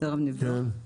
תיכף נבדוק.